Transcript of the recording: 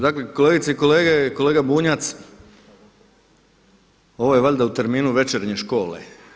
Dakle kolegice i kolege, kolega Bunjac ovo je valjda u terminu Večernje škole.